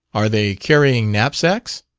are they carrying knapsacks?